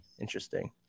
interesting